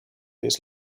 his